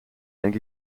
denk